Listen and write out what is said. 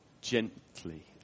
gently